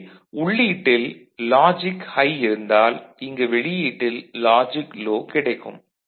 எனவே உள்ளீட்டில் logic high இருந்தால் இங்கு வெளியீட்டில் லாஜிக் லோ கிடைக்கும்